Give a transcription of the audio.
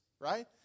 right